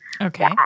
Okay